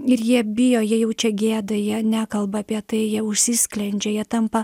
ir jie bijo jie jaučia gėdą jie nekalba apie tai jie užsisklendžia jie tampa